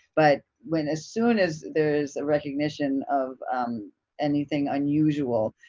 but when as soon as there's recognition of anything unusual,